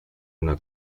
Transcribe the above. una